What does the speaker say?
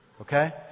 Okay